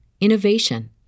innovation